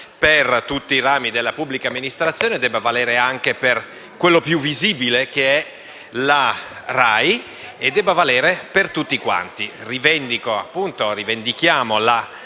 per tutti i rami della pubblica amministrazione debba valere anche per quello più visibile che è la RAI, e debba valere per tutti quanti.